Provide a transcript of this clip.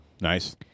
Nice